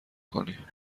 کنی